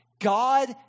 God